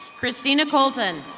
christina colton.